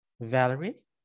Valerie